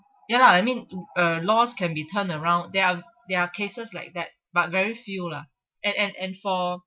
ya lah I mean in a laws can be turned around there are there are cases like that but very few lah and and and for